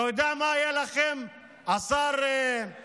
אתה יודע מה היה לכם, השר כהן,